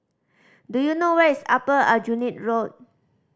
do you know where is Upper Aljunied Road